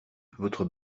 votre